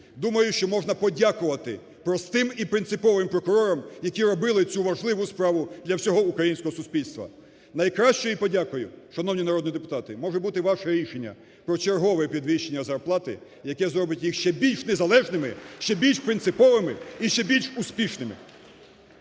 Думаю, що можна подякувати простим і принциповим прокурорам, які робили цю важливу справу для всього українського суспільства. Найкращою подякою, шановні народні депутати, може бути ваше рішення про чергове підвищення зарплати, яке зробить їх ще більш незалежними, ще більш принциповими і ще більш успішними.